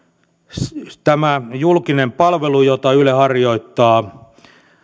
tämä julkinen palvelu jota yle harjoittaa